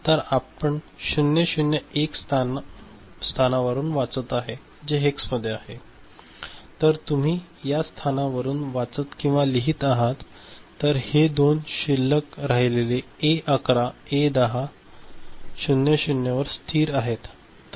तर आपण 001 स्थानावरून वाचत आहे जे हेक्समध्ये आहे तर तुम्ही या स्थानावरून वाचत किंवा लिहीत आहात तर हे दोन शिल्लक राहिलेले ए 11 आणि ए 10 00 वर स्थिर आहेत